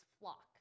flock